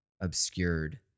obscured